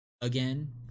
again